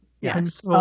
yes